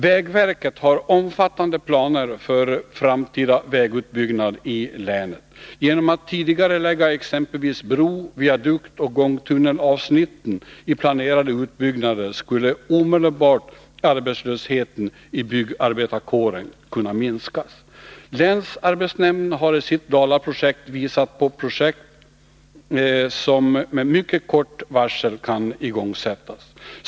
Vägverket har omfattande planer för framtida vägutbyggnad i länet. Genom att tidigarelägga exempelvis bro-, viaduktoch gångtunnelavsnitten i planerade utbyggnader skulle arbetslösheten inom byggnadsarbetarkåren omedelbart kunna minskas. Länsarbetsnämnden har i sitt ”Dala-paket” visat på projekt, som med mycket kort varsel kan igångsättas.